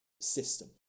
system